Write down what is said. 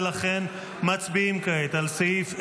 ולכן, מצביעים כעת על סעיף 02,